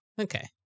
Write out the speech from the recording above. okay